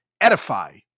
edify